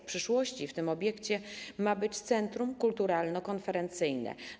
W przyszłości w tym obiekcie ma być centrum kulturalno-konferencyjne.